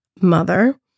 mother